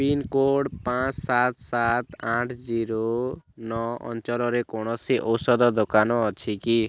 pincode ପାଞ୍ଚ ସାତ ସାତ ଆଠ ଜିରୋ ନଅ ଅଞ୍ଚଳରେ କୌଣସି ଔଷଧ ଦୋକାନ ଅଛି କି